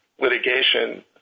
litigation